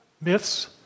myths